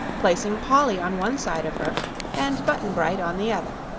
placing polly on one side of her and button-bright on the other.